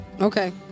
Okay